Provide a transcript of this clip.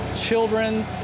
children